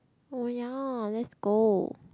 oh ya let's go